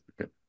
Okay